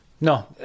No